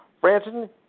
Branson